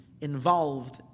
involved